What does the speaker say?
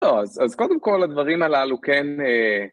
‫לא, אז קודם כול הדברים הללו כן...